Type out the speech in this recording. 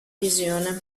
visione